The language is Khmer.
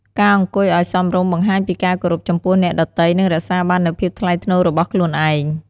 ការអង្គុយឲ្យសមរម្យបង្ហាញពីការគោរពចំពោះអ្នកដទៃ និងរក្សាបាននូវភាពថ្លៃថ្នូររបស់ខ្លួនឯង។